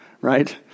Right